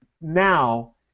now